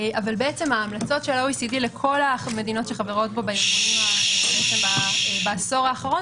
אבל ההמלצות של ה-OECD לכל המדינות שחברות בו בעשור האחרון